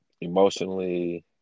Emotionally